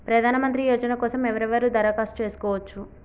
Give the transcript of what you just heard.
ప్రధానమంత్రి యోజన కోసం ఎవరెవరు దరఖాస్తు చేసుకోవచ్చు?